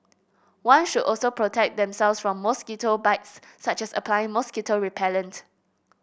one should also protect themselves from mosquito bites such as applying mosquito repellent